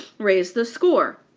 raise the score.